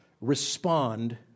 respond